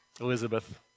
Elizabeth